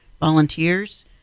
volunteers